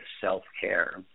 self-care